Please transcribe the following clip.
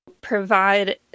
provide